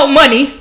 money